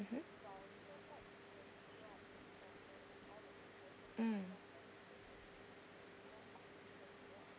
mmhmm mm